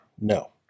No